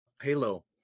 Halo